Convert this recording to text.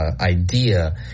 idea